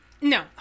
No